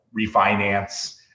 refinance